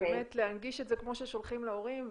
ובאמת להנגיש את זה כמו ששולחים להורים,